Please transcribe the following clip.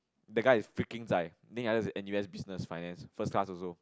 the guy is freaking zai then the other is N_U_S business finance first class also